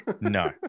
no